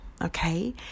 okay